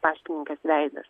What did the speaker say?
paštininkės veidas